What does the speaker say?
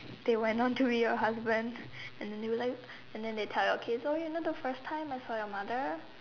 they went on to be your husband and they will like and then they will tell your kids oh you know the first time I saw your mother